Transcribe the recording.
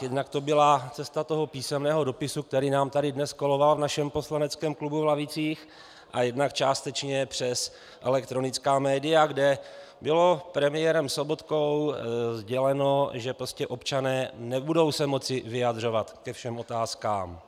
Jednak to byla cesta písemného dopisu, který nám tady dnes koloval v našem poslaneckém klubu v lavicích, a jednak částečně přes elektronická média, kde bylo premiérem Sobotkou sděleno, že prostě občané se nebudou moci vyjadřovat ke všem otázkám.